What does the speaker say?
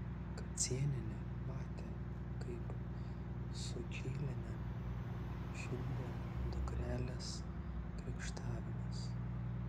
kacėnienė matė kaip sučylienę šildė dukrelės krykštavimas